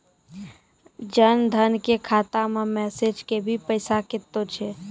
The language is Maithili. जन धन के खाता मैं मैसेज के भी पैसा कतो छ?